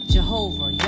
Jehovah